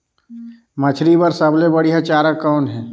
मछरी बर सबले बढ़िया चारा कौन हे?